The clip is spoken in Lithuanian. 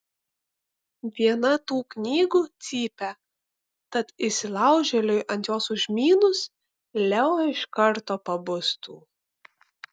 viena tų knygų cypia tad įsilaužėliui ant jos užmynus leo iš karto pabustų